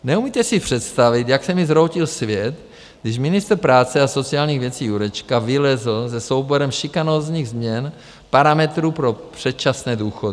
Neumíte si představit, jak se mi zhroutil svět, když ministr práce a sociálních věcí Jurečka vylezl se souborem šikanózních změn parametrů pro předčasné důchody.